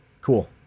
Cool